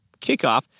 kickoff